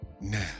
now